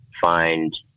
find